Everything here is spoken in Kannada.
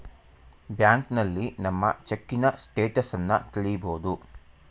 ಬ್ಯಾಂಕ್ನಲ್ಲಿ ನಮ್ಮ ಚೆಕ್ಕಿನ ಸ್ಟೇಟಸನ್ನ ತಿಳಿಬೋದು